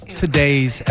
today's